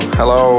hello